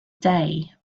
day